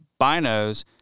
binos